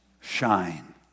shine